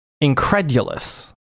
incredulous